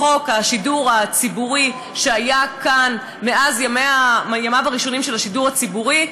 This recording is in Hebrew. בחוק השידור הציבורי שהיה כאן מאז ימיו הראשונים של השידור הציבורי,